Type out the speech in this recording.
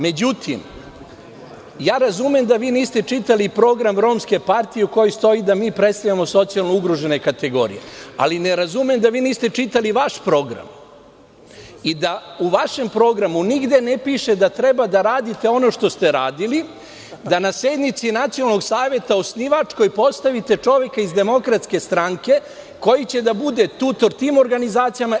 Međutim, razumem da vi niste čitali program Romske partije u kojoj stoji da mi predstavljamo socijalno ugrožene kategorije, ali ne razumem da vi niste čitali vaš program i da u vašem programu nigde ne piše da treba da radite ono što ste radili, da na sednici Nacionalnog saveta postavite čoveka iz DS koji će da bude tutor tim organizacijama.